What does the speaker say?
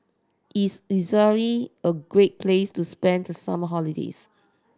is Israel a great place to spend the summer holidays